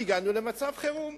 הגענו למצב חירום.